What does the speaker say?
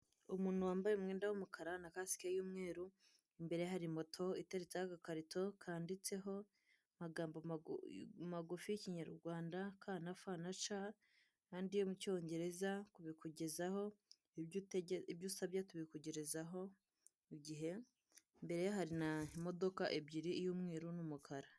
Umuntu wambaye umwenda w'umukara na kasike y'umweru inbere ye hari moto iteretseho agakarito kanditseho amagambo magufi y'ikinyarwanda ka na fa na ca n'andi yo mu cyongereza bikugezaho, ibyo usabye tubikugezaho ku gihe, imbere ye hari imodoka y'umweru n'umukara.